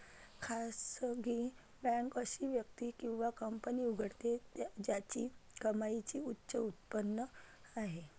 खासगी बँक अशी व्यक्ती किंवा कंपनी उघडते ज्याची कमाईची उच्च उत्पन्न आहे